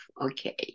Okay